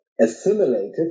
assimilated